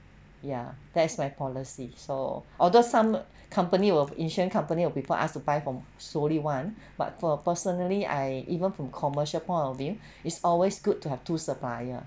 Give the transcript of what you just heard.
ya that is my policy so although some company will insurance company will prefer us to buy from solely one but for personally I even from commercial point of view is always good to have two supplier